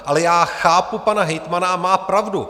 Ale já chápu pana hejtmana, a má pravdu.